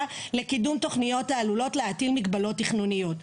לקידום תוכניות העלולות להתיר מגבלות תכנוניות.